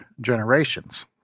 generations